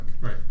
Right